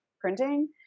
printing